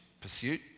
pursuit